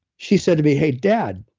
she said to me, hey, dad,